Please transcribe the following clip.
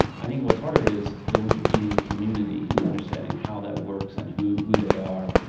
i think what's harder is the wikipedia community and understanding how that works and who who they are.